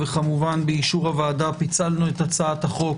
וכמובן באישור הוועדה פיצלנו את הצעת החוק